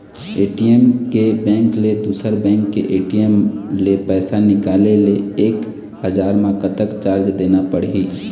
ATM के bank ले दुसर बैंक के ए.टी.एम ले पैसा निकाले ले एक हजार मा कतक चार्ज देना पड़ही?